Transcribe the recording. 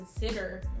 consider